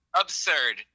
absurd